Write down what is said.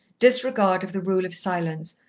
disregard of the rule of silence,